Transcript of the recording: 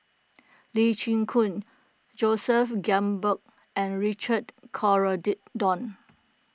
Lee Chin Koon Joseph Grimberg and Richard